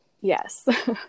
Yes